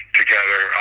together